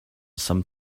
some